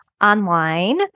online